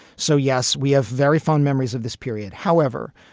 so, yes, we have very fond memories of this period. however,